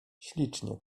ślicznie